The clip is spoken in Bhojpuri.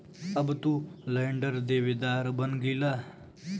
अब तू लेंडर देवेदार बन गईला